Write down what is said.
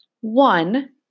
One